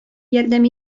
ярдәм